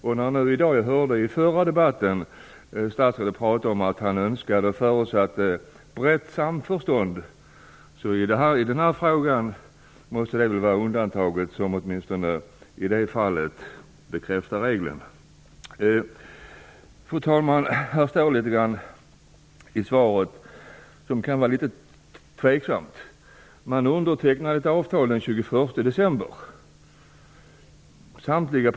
I den förra debatten talade näringsministern om att han önskade och förutsatte brett samförstånd. Men den här frågan måste väl i så fall vara undantaget som bekräftar regeln. Fru talman! Här står en del i svaret som kan vara litet tveksamt. Samtliga parter undertecknade den s.k. Final Act den 21 december, står det.